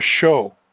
show